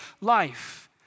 life